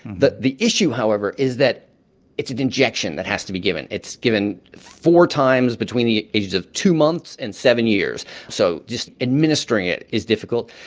the the issue, however, is that it's an injection that has to be given. it's given four times between the ages of two months and seven years, so just administering it is difficult.